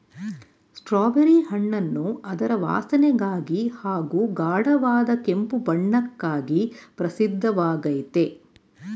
strawberry ಹಣ್ಣನ್ನು ಅದರ ವಾಸನೆಗಾಗಿ ಹಾಗೂ ಗಾಢವಾದ ಕೆಂಪು ಬಣ್ಣಕ್ಕಾಗಿ ಪ್ರಸಿದ್ಧವಾಗಯ್ತೆ